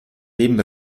leben